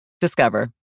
Discover